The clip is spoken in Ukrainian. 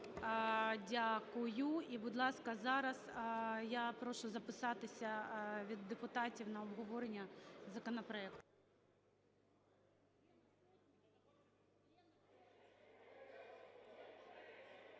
Дякую. І, будь ласка, зараз я прошу записатися від депутатів на обговорення законопроект.